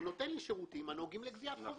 הוא נותן לי שירותים הנוגעים לגביית חובות.